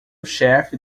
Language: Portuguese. chefe